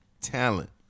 talent